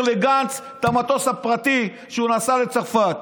לגנץ את המטוס הפרטי שהוא נסע לצרפת,